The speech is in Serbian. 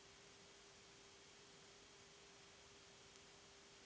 Hvala,